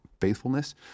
faithfulness